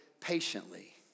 patiently